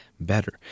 better